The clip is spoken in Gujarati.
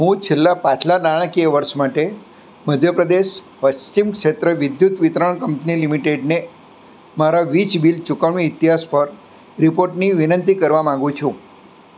હું છેલ્લા પાછલાં નાણાકીય વર્ષ માટે મધ્યપ્રદેશ પશ્ચિમ ક્ષેત્ર વિદ્યુત વિતરણ કંપની લિમિટેડને મારા વીજ બિલ ચુકવણી ઇતિહાસ પર રિપોર્ટની વિનંતી કરવા માગું છું